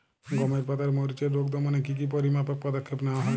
গমের পাতার মরিচের রোগ দমনে কি কি পরিমাপক পদক্ষেপ নেওয়া হয়?